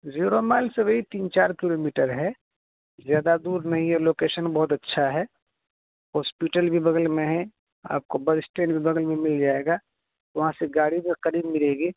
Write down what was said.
zero mile سے وہی تین چار کلو میٹر ہے زیادہ دور نہیں ہے لوکیشن بہت اچھا ہے ہاسپیٹل بھی بغل میں ہے آپ کو بس اسٹینڈ بھی بغل میں مل جائے گا وہاں سے گاڑی بھی قیب ملے گی